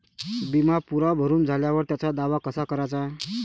बिमा पुरा भरून झाल्यावर त्याचा दावा कसा कराचा?